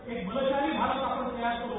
एक बलशाली भारत आपण तयार करू